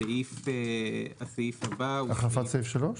הסעיף הבא -- החלפת סעיף 3?